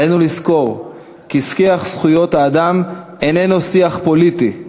עלינו לזכור כי שיח זכויות האדם איננו שיח פוליטי,